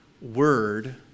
word